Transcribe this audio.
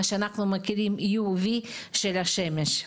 מה שנקרא קרינת UV של השמש.